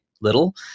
little